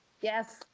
yes